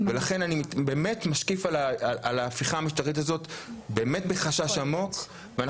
ולכן אני באמת משקיף על ההפיכה המשטרית הזאת באמת בחשש עמוק,